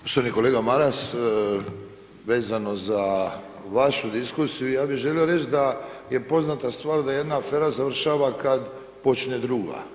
Poštovani kolega Maras, vezano za vašu diskusiju, ja bih želio reći da je poznata stvar da jedna afera završava kad počne druga.